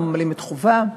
לא ממלאים את חובם.